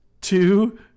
Two